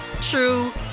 true